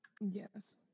Yes